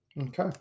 Okay